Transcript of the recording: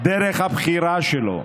דרך הבחירה שלו,